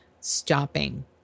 stopping